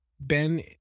Ben